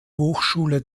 hochschule